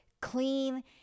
clean